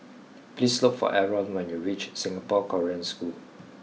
please look for Aron when you reach Singapore Korean School